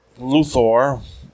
Luthor